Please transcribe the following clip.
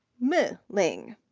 mi lin,